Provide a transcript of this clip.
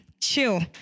Chill